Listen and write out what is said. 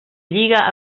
lliga